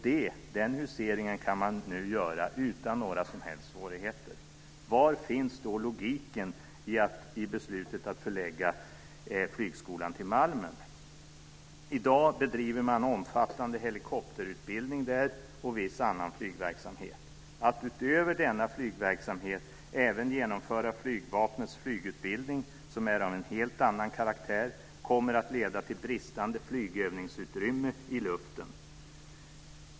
Detta kan man nu göra utan några som helst svårigheter. Var finns då logiken i beslutet att förlägga flygskolan till Malmen? I dag bedriver man omfattande helikopterutbildning där och viss annan flygverksamhet. Att utöver denna flygverksamhet även genomföra Flygvapnets flygutbildning, som är av en helt annan karaktär, kommer att leda till bristande flygövningsutrymme i luften.